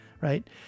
right